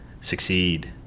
succeed